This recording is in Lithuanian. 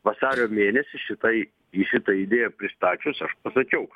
vasario mėnesį šitai į šitą idėją pristačius aš pasakiau